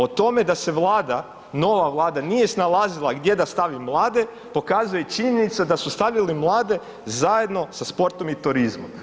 O tome da se Vlada, nova Vlada nije snalazila gdje da stavi mlade pokazuje i činjenica da su stavili mlade zajedno sa sportom i turizmom.